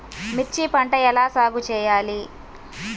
మిర్చి పంట ఎలా సాగు చేయాలి?